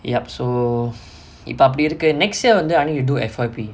yup so இப்ப அப்டி இருக்கு:ippa apdi irukku next year I need to do F_Y_P